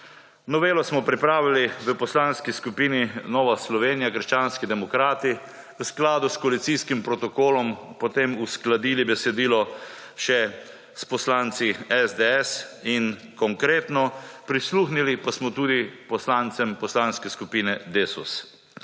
Novelo smo pripravili v Poslanski skupini Nova Slovenija-Krščanski demokrati, v skladu s koalicijskim protokolom, potem uskladili besedilo še s poslanci SDS in Konkretno, prisluhnili pa smo tudi poslancem Poslanske skupine DeSUS.